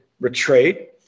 retreat